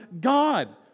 God